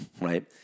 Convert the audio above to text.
Right